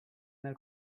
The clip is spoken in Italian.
nel